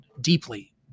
deeply